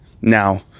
Now